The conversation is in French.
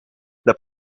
les